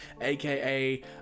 aka